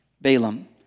Balaam